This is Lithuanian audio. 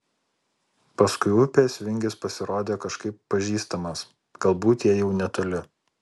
paskui upės vingis pasirodė kažkaip pažįstamas galbūt jie jau netoli